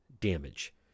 damage